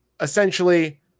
essentially